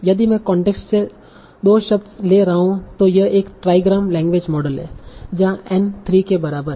यदि मैं कांटेक्स्ट से 2 शब्द ले रहा हूं तों यह एक ट्राइग्राम लैंग्वेज मॉडल है जहाँ n 3 के बराबर है